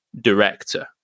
director